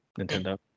Nintendo